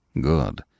Good